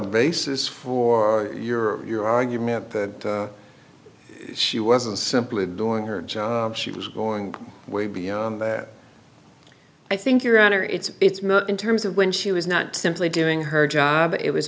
basis for your your argument that she wasn't simply doing her job she was going way beyond that i think your honor it's not in terms of when she was not simply doing her job it was